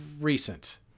recent